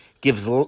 gives